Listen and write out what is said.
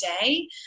day